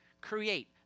create